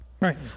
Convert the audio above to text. Right